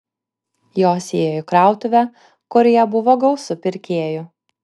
jos įėjo į krautuvę kurioje buvo gausu pirkėjų